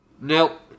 Nope